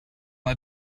let